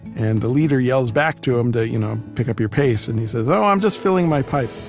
and the leader yells back to him, to, you know, pick up your pace, and he says, oh i'm just filling my pipe